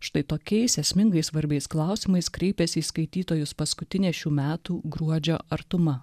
štai tokiais esmingai svarbiais klausimais kreipiasi į skaitytojus paskutinė šių metų gruodžio artuma